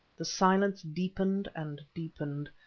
the silence deepened and deepened,